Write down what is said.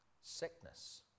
Sickness